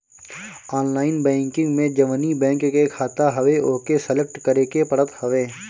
online banking में जवनी bank के खाता हवे ओके सलेक्ट करे के पड़त हवे